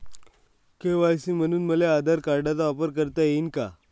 KYC म्हनून मले आधार कार्डाचा वापर करता येईन का?